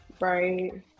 Right